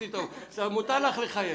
מותר לך לחייך.